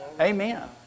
Amen